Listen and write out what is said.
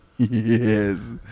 Yes